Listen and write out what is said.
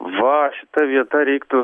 va šita vieta reiktų